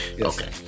Okay